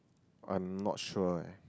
I'm not sure eh